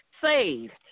Saved